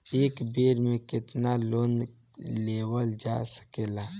एक बेर में केतना लोन लेवल जा सकेला?